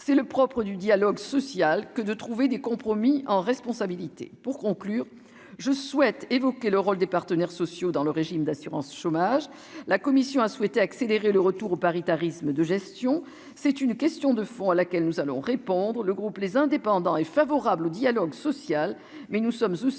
c'est le propre du dialogue social que de trouver des compromis en responsabilité pour conclure je souhaite évoquer le rôle des partenaires sociaux dans le régime d'assurance chômage, la commission a souhaité accélérer le retour au paritarisme de gestion c'est une question de fond, à laquelle nous allons répandre le groupe les indépendants et favorable au dialogue social, mais nous sommes aussi